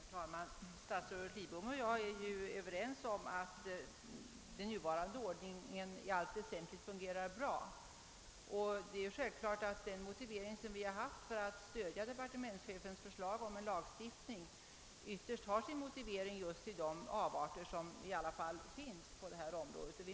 Herr talman! Statsrådet Lidbom och jag är överens om att den nuvarande ordningen i allt väsentligt fungerar bra, och det är självklart att den motivering som vi har haft för att stödja departementschefens förslag om en Jlagstiftning ytterst har sin grund just i de avarter som i alla fall finns på detta område.